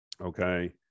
Okay